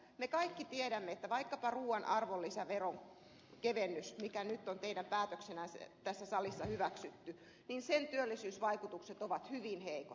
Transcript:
me kaikki tiedämme että vaikkapa ruuan arvonlisäveron kevennyksen mikä nyt on teidän päätöksenänne tässä salissa hyväksytty työllisyysvaikutukset ovat hyvin heikot